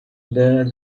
there